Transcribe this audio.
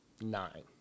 nine